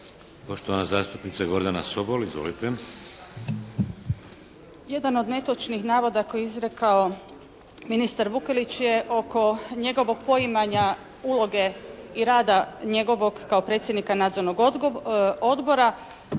Poštovana zastupnica Gordana Sobol. Izvolite. **Sobol, Gordana (SDP)** Jedan od netočnih navoda koje je izrekao ministar Vukelić je oko njegovog poimanja uloge i rada njegovog kao predsjednika nadzornog odbora.